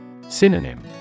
Synonym